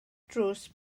drws